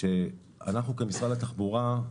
כמשרד התחבורה,